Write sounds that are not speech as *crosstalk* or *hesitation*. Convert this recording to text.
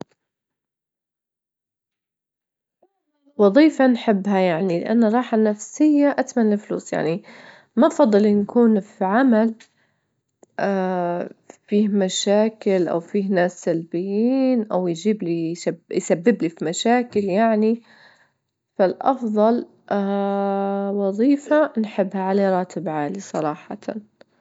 وظيفة نحبها يعني لأن الراحة النفسية أتمنى فلوس يعني، ما أفضل نكون في عمل *hesitation* فيه مشاكل أو فيه ناس سلبيين أو يجيب لي يسبب لي في مشاكل *noise* يعني، فالأفظل *hesitation* وظيفة نحبها على راتب عالي صراحة. *noise*